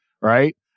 right